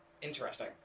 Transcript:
Interesting